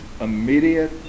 immediate